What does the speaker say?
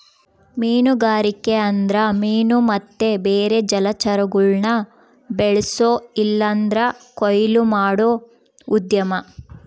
ಮೀನುಗಾರಿಕೆ ಅಂದ್ರ ಮೀನು ಮತ್ತೆ ಬೇರೆ ಜಲಚರಗುಳ್ನ ಬೆಳ್ಸೋ ಇಲ್ಲಂದ್ರ ಕೊಯ್ಲು ಮಾಡೋ ಉದ್ಯಮ